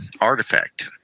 artifact